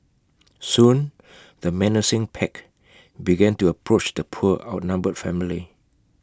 soon the menacing pack began to approach the poor outnumbered family